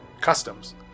customs